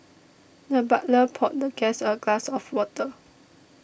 the butler poured the guest a glass of water